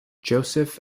joseph